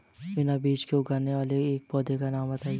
बिना बीज के उगने वाले एक पौधे का नाम बताइए